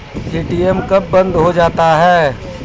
ATM कब बंद हो जाता हैं?